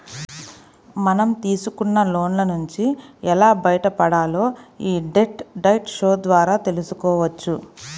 మనం తీసుకున్న లోన్ల నుంచి ఎలా బయటపడాలో యీ డెట్ డైట్ షో ద్వారా తెల్సుకోవచ్చు